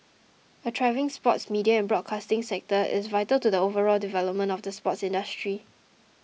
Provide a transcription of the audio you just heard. a thriving sports media and broadcasting sector is vital to the overall development of the sports industry